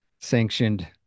sanctioned